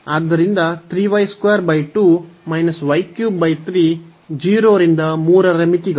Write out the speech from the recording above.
ಆದ್ದರಿಂದ 0 ರಿಂದ 3 ರ ಮಿತಿಗಳು